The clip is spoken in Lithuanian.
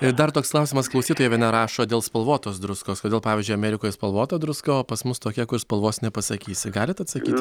ir dar toks klausimas klausytoja viena rašo dėl spalvotos druskos kodėl pavyzdžiui amerikoje spalvota druska o pas mus tokia kur spalvos nepasakysi galit atsakyt